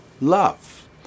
love